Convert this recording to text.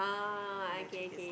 the three girls